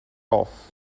off